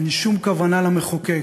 אין שום כוונה למחוקק,